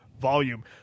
volume